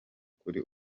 kuri